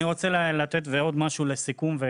אני רוצה לתת עוד שני דברים לסיכום: